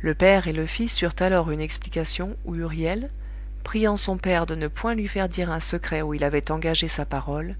le père et le fils eurent alors une explication où huriel priant son père de ne point lui faire dire un secret où il avait engagé sa parole